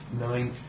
Nine